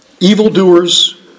evildoers